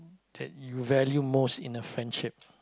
that you value most in a friendship